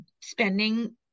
spending